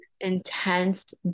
intense